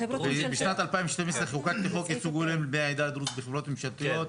בשנת 2012 חוקק חוק ייצוג הולם לבני העדה הדרוזית לחברות ממשלתיות.